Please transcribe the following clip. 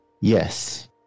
yes